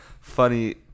funny